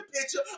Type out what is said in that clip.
picture